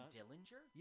Dillinger